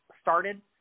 started